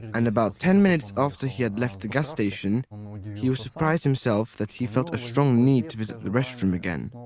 and about ten minutes after he had left the gas station, um ah he was surprised himself that he felt a strong need to visit the restroom again.